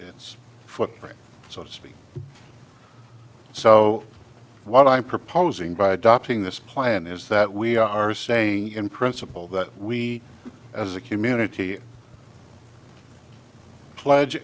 its footprint so to speak so what i'm proposing by adopting this plan is that we are saying in principle that we as a community pledge